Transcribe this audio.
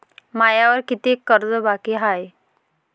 मायावर कितीक कर्ज बाकी हाय?